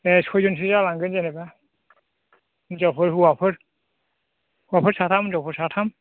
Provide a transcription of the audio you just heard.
ए सयजनसो जालांगोन जेनेबा हिन्जावफोर हौवाफोर हौवाफोर साथाम हिन्जावफोर साथाम